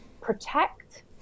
protect